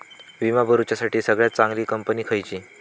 विमा भरुच्यासाठी सगळयात चागंली कंपनी खयची?